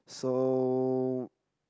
so